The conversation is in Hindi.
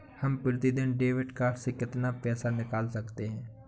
हम प्रतिदिन डेबिट कार्ड से कितना पैसा निकाल सकते हैं?